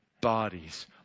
bodies